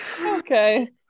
Okay